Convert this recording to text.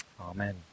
Amen